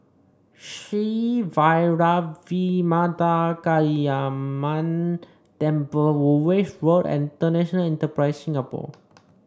Sri Vairavimada Kaliamman Temple Woolwich Road and International Enterprise Singapore